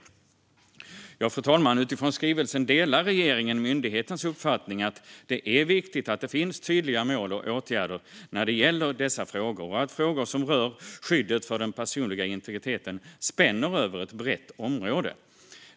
Fru talman! Utifrån skrivelsen delar regeringen myndighetens uppfattning att det är viktigt att det finns tydliga mål och åtgärder när det gäller dessa frågor och att frågor som rör skyddet för den personliga integriteten spänner över ett brett område.